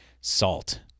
Salt